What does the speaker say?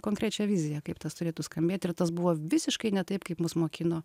konkrečią viziją kaip tas turėtų skambėt ir tas buvo visiškai ne taip kaip mus mokino